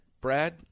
Brad